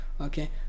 okay